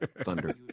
Thunder